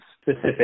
specific